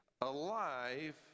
alive